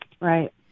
right